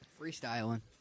Freestyling